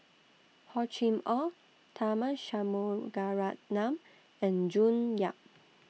Hor Chim Or Tharman Shanmugaratnam and June Yap